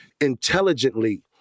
intelligently